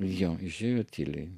jo išėjo tyliai